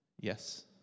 Yes